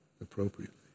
appropriately